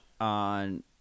on